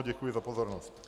Děkuji za pozornost.